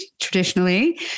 traditionally